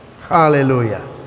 Hallelujah